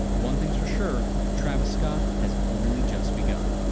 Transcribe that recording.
one thing's for sure travis scott has only just begun.